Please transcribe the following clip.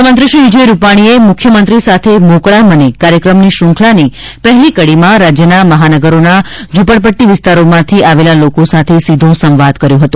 મુખ્યમંત્રી શ્રી વિજય રૂપાણીએ મુખ્યમંત્રી સાથે મોકળા મને કાર્યક્રમની શૃંખલાની પહેલી કડીમાં રાજ્યના મહાનગરોના ઝુંપડપક્ટી વિસ્તારોમાંથી આવેલા લોકો સાથે સીધો સંવાદ કર્યો હતો